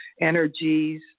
energies